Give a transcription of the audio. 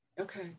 Okay